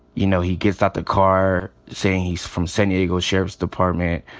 you know, he gets out the car, saying he's from san diego sheriff's department,